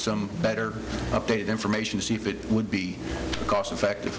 some better updated information to see if it would be cost effective